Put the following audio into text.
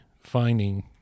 finding